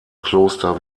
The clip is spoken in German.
kloster